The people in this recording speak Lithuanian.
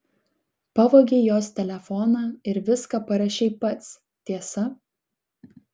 pavogei jos telefoną ir viską parašei pats tiesa